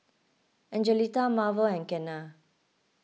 Angelita Marvel and Kenna